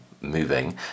moving